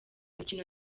mikino